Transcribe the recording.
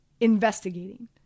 investigating